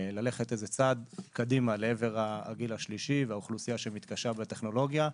ללכת איזה צעד קדימה לעבר הגיל השלישי והאוכלוסייה שמתקשה בטכנולוגיה,